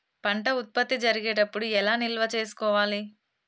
పంట ఉత్పత్తి జరిగేటప్పుడు ఎలా నిల్వ చేసుకోవాలి?